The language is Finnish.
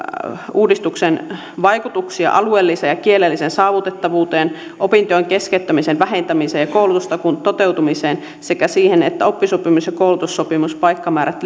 uudistuksen vaikutuksia alueelliseen ja kielelliseen saavutettavuuteen opintojen keskeyttämisen vähentämiseen ja koulutustakuun toteutumiseen sekä siihen että oppisopimus ja koulutussopimuspaikkamäärät